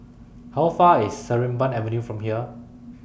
How Far away IS Sarimbun Avenue from here